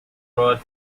wrote